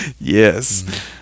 Yes